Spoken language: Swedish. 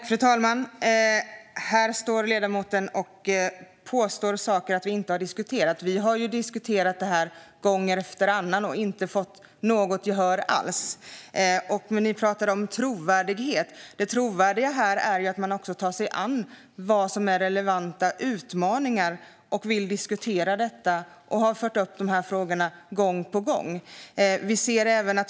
Fru talman! Här står ledamoten och påstår att vi inte har diskuterat. Vi har diskuterat dessa frågor gång efter annan och inte fått något gehör alls. Nordin pratar om trovärdighet. Det trovärdiga här är att man också tar sig an vad som är relevanta utmaningar, och vi har fört upp dessa frågor till diskussion gång på gång.